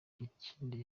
ikindi